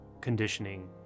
conditioning